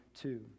two